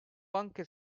banka